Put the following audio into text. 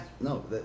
no